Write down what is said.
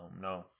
no